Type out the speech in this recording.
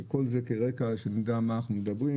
וכל זה כרקע שנדע על מה אנחנו מדברים,